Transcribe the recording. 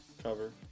Cover